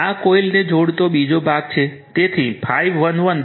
આ કોઇલને જોડતો બીજો ભાગ છે